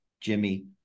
Jimmy